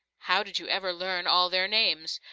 how did you ever learn all their names?